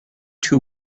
two